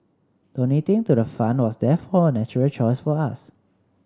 donating to the fund was therefore a natural choice for us